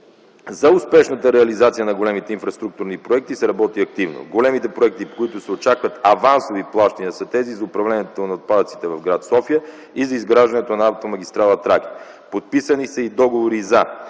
За успешната реализация на големите инфраструктурни проекти се работи активно. Големите проекти, в които се очакват авансово плащания, са тези за управлението на отпадъците в гр. София и за изграждането на автомагистрала „Тракия”. Подписани са и договори за